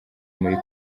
muri